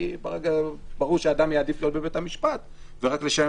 כי ברור שאדם יעדיף להיות בבית המשפט ורק לשלם